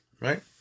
Right